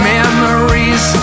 Memories